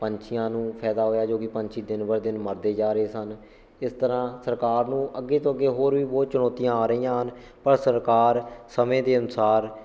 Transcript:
ਪੰਛੀਆਂ ਨੂੰ ਫਾਇਦਾ ਹੋਇਆ ਜੋ ਕਿ ਪੰਛੀ ਦਿਨ ਬਰ ਦਿਨ ਮਰਦੇ ਜਾ ਰਹੇ ਸਨ ਇਸ ਤਰ੍ਹਾਂ ਸਰਕਾਰ ਨੂੰ ਅੱਗੇ ਤੋਂ ਅੱਗੇ ਹੋਰ ਵੀ ਬਹੁਤ ਚੁਣੌਤੀਆਂ ਆ ਰਹੀਆਂ ਹਨ ਪਰ ਸਰਕਾਰ ਸਮੇਂ ਦੇ ਅਨੁਸਾਰ